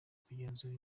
kugenzura